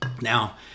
Now